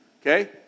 Okay